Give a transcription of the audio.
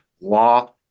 law